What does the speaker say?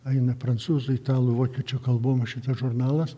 eina prancūzų italų vokiečių kalbom šitas žurnalas